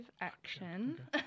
action